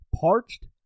Parched